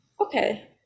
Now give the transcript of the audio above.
Okay